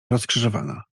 rozkrzyżowana